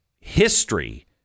history